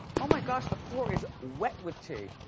oh my gosh, the floor is wet with tea.